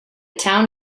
town